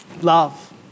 Love